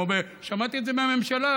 שמעתי את זה מהממשלה,